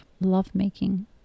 lovemaking